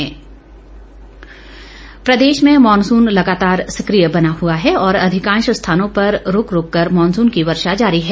मौसम प्रदेश में मॉनसून लगातार सक्रिय बना हुआ है और अधिकांश स्थानों पर रूक रूक कर मॉनसून की वर्षा जारी है